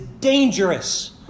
dangerous